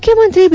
ಮುಖ್ಯಮಂತ್ರಿ ಬಿ